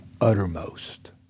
uttermost